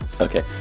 okay